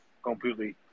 Completely